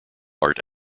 art